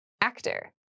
actor